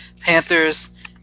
Panthers